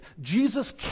Jesus